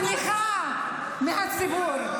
אמרה שקיבל מלוא התמיכה מהציבור.